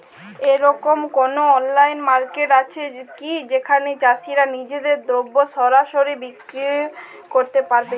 এরকম কোনো online market আছে কি যেখানে চাষীরা নিজেদের দ্রব্য সরাসরি বিক্রয় করতে পারবে?